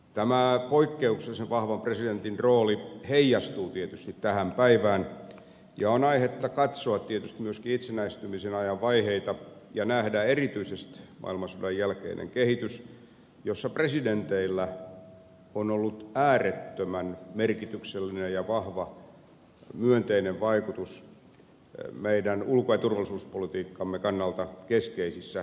tämä poikkeuksellisen vahvan presidentin rooli heijastuu tietysti tähän päivään ja on aihetta katsoa tietysti myöskin itsenäistymisen ajan vaiheita ja nähdä erityisesti maailmansodan jälkeinen kehitys jossa presidenteillä on ollut äärettömän merkityksellinen ja vahva myönteinen vaikutus meidän ulko ja turvallisuuspolitiikkamme kannalta keskeisissä kriisivaiheissa